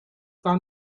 war